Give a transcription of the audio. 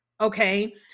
okay